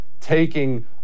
taking